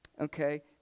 okay